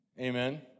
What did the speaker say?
Amen